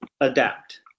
adapt